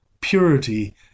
purity